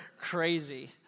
crazy